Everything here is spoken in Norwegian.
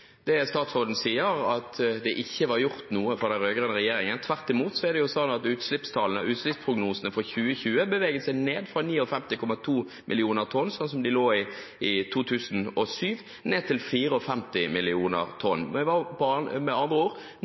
det statsråden sier at det ikke var gjort noe fra den rød-grønne regjeringen. Tvert imot er det slik at utslippsprognosene for 2020 beveget seg ned fra 59,2 millioner tonn i 2007 til 54 millioner tonn. De var med andre ord nesten halvveis på vei nedover mot målet på 47 millioner tonn.